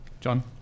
John